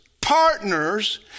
partners